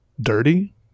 dirty